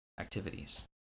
activities